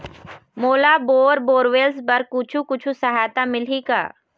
मोला bore borewells बर कुछू कछु सहायता मिलही का?